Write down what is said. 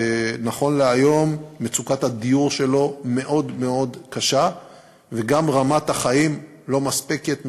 שנכון להיום מצוקת הדיור שלו מאוד מאוד קשה וגם רמת החיים לא מספקת,